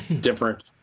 different